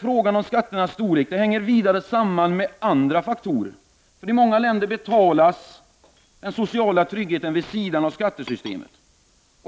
Frågan om skatternas storlek hänger vidare samman med andra faktorer. I många länder betalas den sociala tryggheten vid sidan av skattesystemet.